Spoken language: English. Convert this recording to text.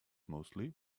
mostly